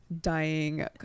dying